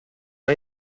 hay